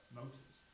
motors